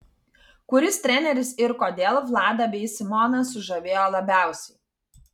kuris treneris ir kodėl vladą bei simoną sužavėjo labiausiai